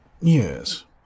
yes